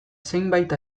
zenbait